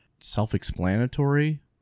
self-explanatory